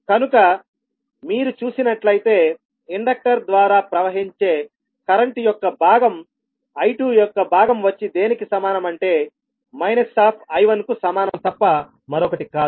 కనుక మీరు చూసినట్లయితే ఇండక్టర్ ద్వారా ప్రవహించే కరెంట్ యొక్క భాగం I2 యొక్క భాగం వచ్చి దేనికి సమానం అంటే మైనస్ ఆప్ I1 కు సమానం తప్ప మరొకటి కాదు